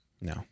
No